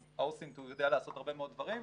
אז האוסינט יודע לעשות הרבה מאוד דברים,